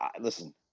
listen